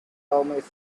armies